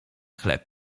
chleb